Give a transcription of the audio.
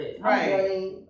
right